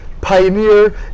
pioneer